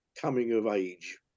coming-of-age